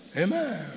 Amen